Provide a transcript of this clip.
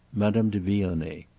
madame de vionnet.